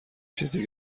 چیزیه